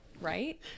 right